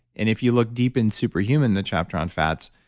and if you look deep in super human, the chapter on fats,